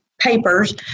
papers